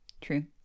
true